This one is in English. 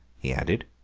he added.